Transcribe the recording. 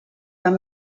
van